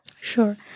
Sure